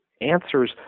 answers